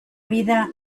vida